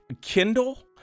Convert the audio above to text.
Kindle